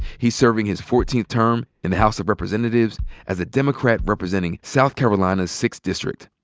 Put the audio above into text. he's serving his fourteenth term in the house of representatives as a democrat representing south carolina's sixth district.